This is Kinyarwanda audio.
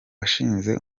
washinze